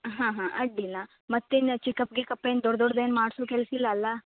ಹಾಂ ಹಾಂ ಅಡ್ಡಿಲ್ಲ ಮತ್ತೆ ನಾ ಚಕಪ್ ಗಿಕಪ್ ಏನು ದೊಡ್ಡ ದೊಡ್ದು ಏನೂ ಮಾಡ್ಸೋ ಕೆಲ್ಸ ಇಲ್ಲಲಾ